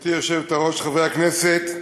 גברתי היושבת-ראש, חברי הכנסת,